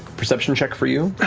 perception check for you.